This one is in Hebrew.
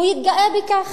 הוא יתגאה בכך.